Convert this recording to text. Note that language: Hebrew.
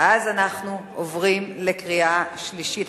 עוברים לקריאה שלישית.